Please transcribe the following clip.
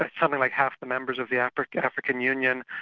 but something like half the members of the african african union,